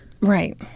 Right